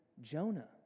Jonah